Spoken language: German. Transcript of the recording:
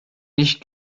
nicht